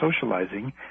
socializing